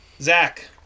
zach